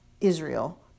Israel